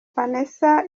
vanessa